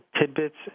tidbits